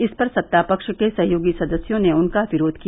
इस पर सत्ता पक्ष के सहयोगी सदस्यों ने उनका विरोध किया